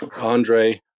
Andre